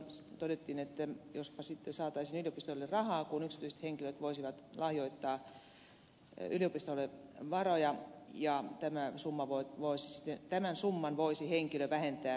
silloin todettiin että jospa sitten saataisiin yliopistoille rahaa kun yksityiset henkilöt voisivat lahjoittaa yliopistoille varoja ja tämän summan voisi henkilö vähentää verotuksessaan